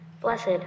Blessed